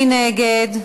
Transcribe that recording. מי נגד?